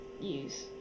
use